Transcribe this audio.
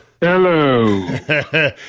Hello